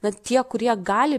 na tie kurie gali